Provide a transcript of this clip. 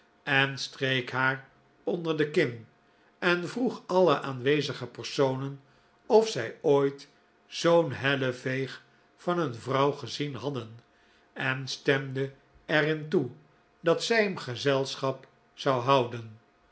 en streek haar onder de kin en vroeg alle aanwezige personen of zij ooit zoo'n helleveeg van een vrouw gezien hadden en stemde er in toe dat zij hem gezelschap zou houden